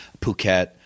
Phuket